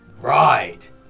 Right